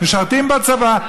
משרתים בצבא,